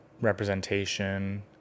representation